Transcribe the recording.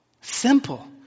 Simple